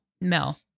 Mel